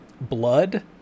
Blood